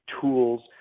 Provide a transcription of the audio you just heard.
tools